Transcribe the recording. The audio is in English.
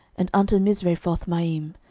and unto misrephothmaim,